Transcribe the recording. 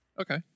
Okay